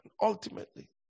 Ultimately